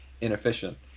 inefficient